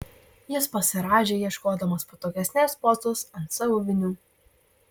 jis pasirąžė ieškodamas patogesnės pozos ant savo vinių